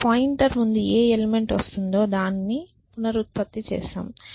pointer ముందు ఏ element వస్తుందో దానిని పునరుత్పత్తి చేస్తాము